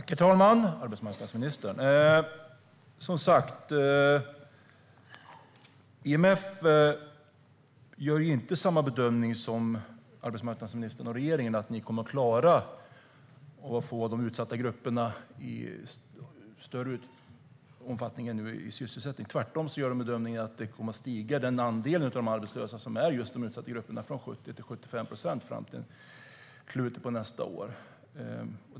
Herr talman! IMF gör, som sagt, inte samma bedömning som arbetsmarknadsministern och regeringen om att ni kommer att klara att i större omfattning än nu få de utsatta grupperna i sysselsättning. Tvärtom gör de bedömningen att den andel av de arbetslösa som tillhör de utsatta grupperna kommer att öka från 70 till 75 procent fram till slutet av nästa år.